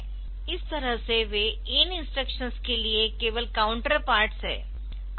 इस तरह से वे IN इंस्ट्रक्शंस के लिए केवल काउंटर पार्ट्स है